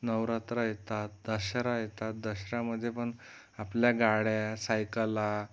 नवरात्र येतात दशरा येतात दशऱ्यामध्ये पण आपल्या गाड्या सायकली